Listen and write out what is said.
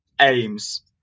aims